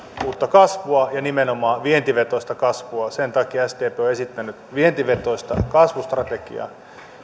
uutta kasvua ja nimenomaan vientivetoista kasvua sen takia sdp on esittänyt vientivetoista kasvustrategiaa